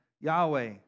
Yahweh